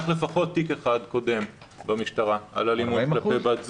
לפחות תיק אחד קודם במשטרה על אלימות כלפי בני זוג.